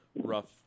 rough